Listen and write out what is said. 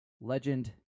Legend